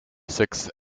sixth